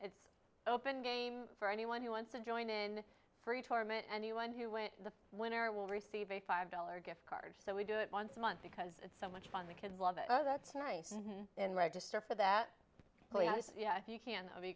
it's open for anyone who wants to join in for a tournament anyone who went the winner will receive a five dollars gift card so we do it once a month because it's so much fun the kids love it oh that's nice and then register for that oh yes you can